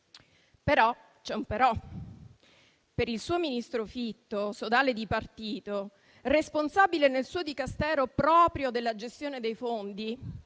Però, c'è un però: per il suo ministro Fitto, sodale di partito, responsabile nel suo Dicastero proprio della gestione dei fondi,